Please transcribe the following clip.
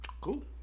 Cool